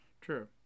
true